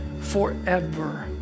forever